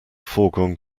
foregone